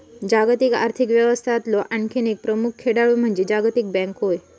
जागतिक आर्थिक व्यवस्थेतलो आणखी एक प्रमुख खेळाडू म्हणजे जागतिक बँक होय